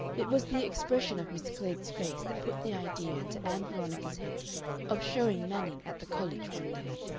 it was the expression of miss klegg's face that put the idea into ann veronica's head of showing manning at the college one day,